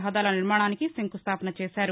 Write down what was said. రహదారుల నిర్మాణానికి శంఖుస్తాపన చేశారు